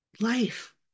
life